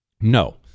No